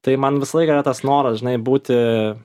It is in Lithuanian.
tai man visą laiką yra tas noras žinai būti